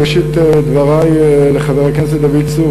בראשית דברי לחבר הכנסת דוד צור,